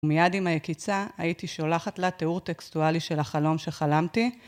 מיד עם היקיצה הייתי שולחת לה תיאור טקסטואלי של החלום שחלמתי.